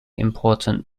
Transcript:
important